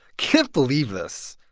can't believe this.